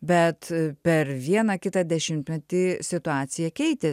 bet per vieną kitą dešimtmetį situacija keitė